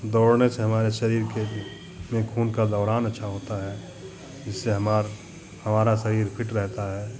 दौड़ने से हमारे शरीर के भी में खून का दौड़ान अच्छा होता है जिससे हमार हमारा शरीर फ़िट रहता है